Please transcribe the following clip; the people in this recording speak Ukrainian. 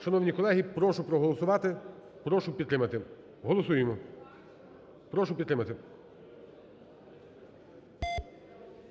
Шановні колеги, прошу проголосувати, прошу підтримати. Голосуємо. Прошу підтримати.